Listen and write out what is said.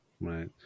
right